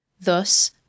Thus